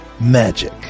Magic